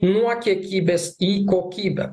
nuo kiekybės į kokybę